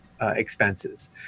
expenses